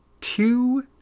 two